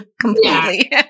completely